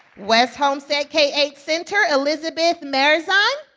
west homestead k eight center, elizabeth marizan.